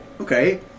Okay